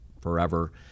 forever